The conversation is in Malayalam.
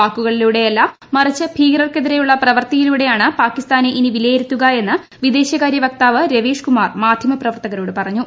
വാക്കുകളിലൂടെയല്ല മറിച്ച് ഭീകർക്കെതിരെയുള്ള പ്രവർത്തിയിലൂടെയാണ് പാക്കിസ്ഥാനെ ഇനി വിലയിരുത്തുക എന്ന് വിദേശകാര്യ വക്താവ് രവീഷ് കുമാർ മാധ്യമപ്രവർത്തകരോട് പറഞ്ഞു